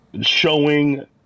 showing